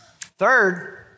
Third